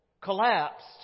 collapsed